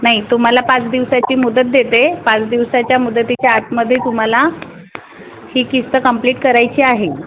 नाही तुम्हाला पाच दिवसाची मुदत देते पाच दिवसाच्या मुदतीच्या आतमध्ये तुम्हाला ही किस्त कंप्लीट करायची आहे